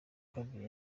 kabiri